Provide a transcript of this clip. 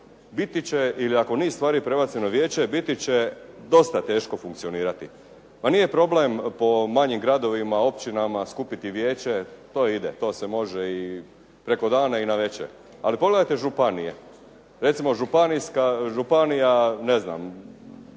biti će, ili ako niz stvari prebacimo na vijeće, biti će dosta teško funkcionirati. Pa nije problem po manjim gradovima, općinama skupiti vijeće. To ide, to se može i preko dana i navečer. Ali pogledajte županije. Recimo, županija koja